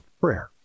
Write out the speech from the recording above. prayer